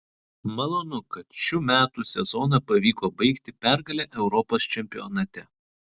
malonu kad šių metų sezoną pavyko baigti pergale europos čempionate